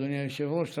אדוני היושב-ראש,